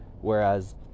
whereas